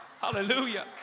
Hallelujah